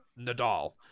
Nadal